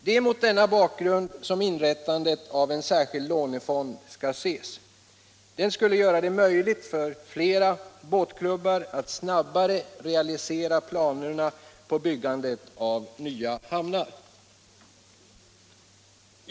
Det är mot denna bakgrund som inrättandet av en särskild lånefond skall ses. Den skulle göra det möjligt för flera båtklubbar att snabbare realisera planerna på byggandet av nya hamnar.